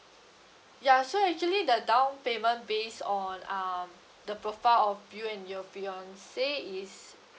ya so actually the down payment based on um the profile of you and your fiancee is